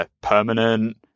permanent